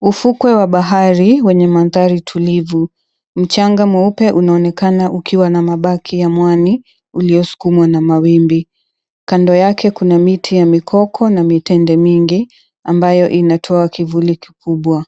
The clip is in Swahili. Ufuko wa bahari wenye mandhari tulivu, mchanga mweupe unaonekana ukiwa na mabaki ya mwani ulioskumwa na mawimbi kando yake kuna miti mikoko na mitende mingi ambayo inatoa kivuli kikubwa.